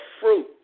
fruit